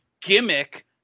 gimmick